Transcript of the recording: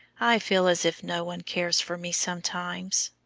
i feel as if no one cares for me sometimes.